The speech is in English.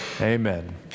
Amen